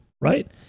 right